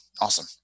Awesome